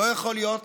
לא יכול להיות